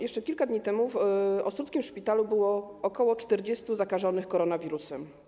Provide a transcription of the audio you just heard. Jeszcze kilka dni temu w ostródzkim szpitalu było ok. 40 zakażonych koronawirusem.